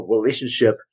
relationship